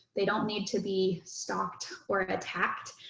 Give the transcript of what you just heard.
they don't need to be stalked or attacked.